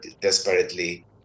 desperately